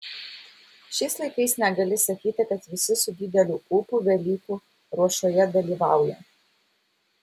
šiais laikais negali sakyti kad visi su dideliu ūpu velykų ruošoje dalyvauja